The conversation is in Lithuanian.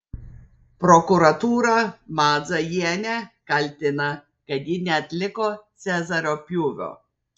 prokuratūra madzajienę kaltina kad ji neatliko cezario pjūvio